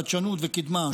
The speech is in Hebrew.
חדשנות וקידמה,